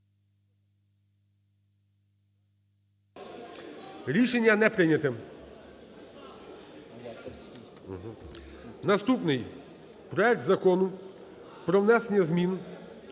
Рішення прийняли. Наступний проект Закону про внесення змін